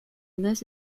list